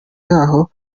yaho